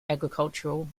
agricultural